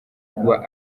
kuba